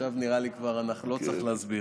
עכשיו נראה לי שכבר לא צריך להסביר,